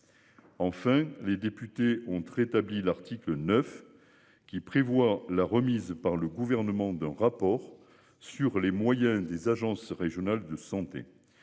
Enfin, les députés ont tu rétabli l'article 9 qui prévoit la remise par le gouvernement d'un rapport sur les moyens des agences régionales de santé.